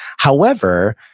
however,